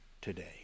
today